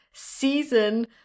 season